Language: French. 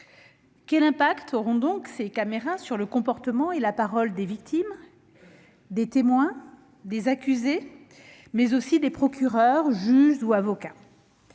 Quel impact auront donc les caméras sur le comportement et la parole des victimes, des témoins, des accusés, mais aussi des procureurs, des juges ou des avocats ?